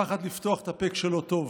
פחד לפתוח את הפה כשלא טוב.